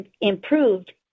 improved